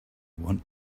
want